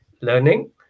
learning